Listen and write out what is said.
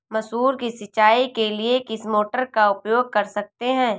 मसूर की सिंचाई के लिए किस मोटर का उपयोग कर सकते हैं?